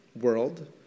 world